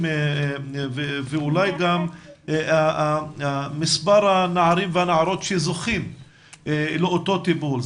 ואולי גם מספר הנערים והנערות שזוכים לאותו טיפול.